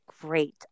Great